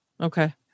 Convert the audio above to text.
okay